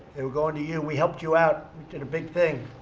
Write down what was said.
they were going to you. we helped you out. we did a big thing.